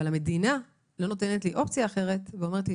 אבל המדינה לא נותנת לי אופציה אחרת ואומרת לי: